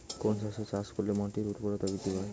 কোন শস্য চাষ করলে মাটির উর্বরতা বৃদ্ধি পায়?